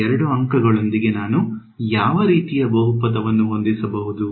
ಎರಡು ಅಂಕಗಳೊಂದಿಗೆ ನಾನು ಯಾವ ರೀತಿಯ ಬಹುಪದವನ್ನು ಹೊಂದಿಸಬಹುದು